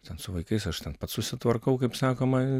ten su vaikais aš ten pats susitvarkau kaip sakoma